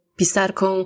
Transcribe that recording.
pisarką